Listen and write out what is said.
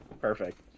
Perfect